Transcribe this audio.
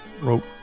wrote